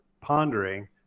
pondering